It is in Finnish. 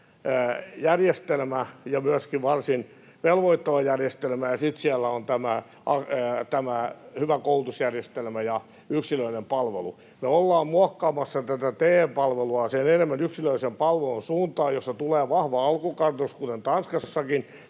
järjestelmä ja myöskin varsin velvoittava järjestelmä, ja sitten siinä on tämä hyvä koulutusjärjestelmä ja yksilöllinen palvelu. Me ollaan muokkaamassa TE-palveluja enemmän yksilöllisen palvelun suuntaan, jossa tulee vahva alkukartoitus kuten Tanskassakin,